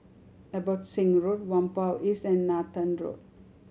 Abbotsingh Road Whampoa East and Nathan Road